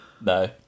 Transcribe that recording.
no